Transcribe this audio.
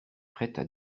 prêtes